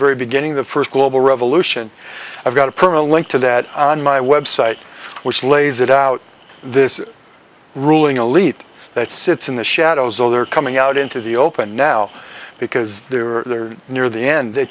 very beginning the first global revolution i've got a permanent link to that on my website which lays it out this ruling elite that sits in the shadows so they're coming out into the open now because they were near the end they